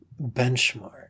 Benchmark